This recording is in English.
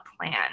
plan